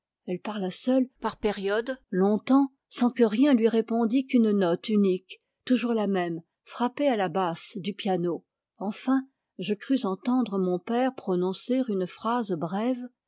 elle parla seule par périodes longtemps sans que rien lui répondît qu'une note unique toujours la même frappée à la basse du piano enfin je crus entendre mon père prononcer une phrase brève